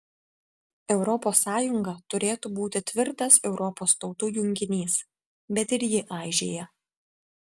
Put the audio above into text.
europos sąjunga turėtų būti tvirtas europos tautų junginys bet ir ji aižėja